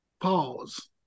pause